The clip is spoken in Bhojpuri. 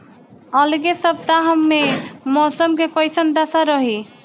अलगे सपतआह में मौसम के कइसन दशा रही?